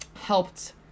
Helped